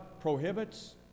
prohibits